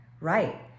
Right